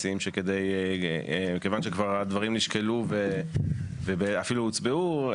כיוון שהדברים כבר נשקלו ואפילו הוצבעו,